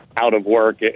out-of-work